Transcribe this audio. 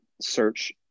search